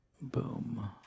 Boom